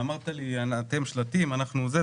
ואמרת לי שאתם תליתם שלטים ואנחנו זה וכולי,